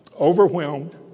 overwhelmed